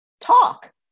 talk